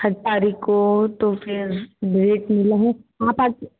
हत तारीख़ को तो फिर डेट मिला है आप आइए